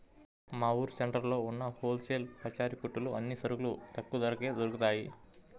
మా ఊరు సెంటర్లో ఉన్న హోల్ సేల్ పచారీ కొట్టులో అన్ని సరుకులు తక్కువ ధరకే దొరుకుతయ్